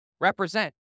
represent